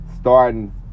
Starting